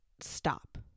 stop